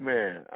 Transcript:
Man